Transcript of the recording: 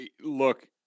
look –